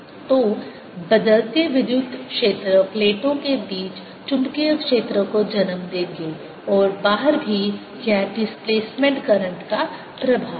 तो बदलते विद्युत क्षेत्र प्लेटों के बीच चुंबकीय क्षेत्र को जन्म देंगे और बाहर भी यह डिस्प्लेसमेंट करंट का प्रभाव है